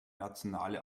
nationale